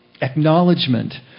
acknowledgement